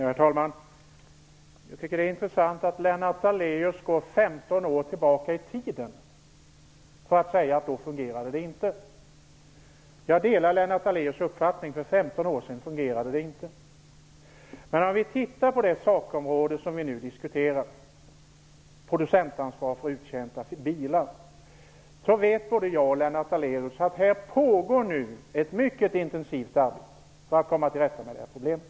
Herr talman! Jag tycker att det är intressant att Lennart Daléus går 15 år tillbaka i tiden och säger att det inte fungerade då. Jag delar Lennart Daléus uppfattning. För 15 år sedan fungerade det inte. Men om vi tittar på det sakområde som vi nu diskuterar, nämligen producentansvar för uttjänta bilar, vet både jag och Lennart Daléus att det pågår ett mycket intensivt arbete för att komma till rätta med problemet.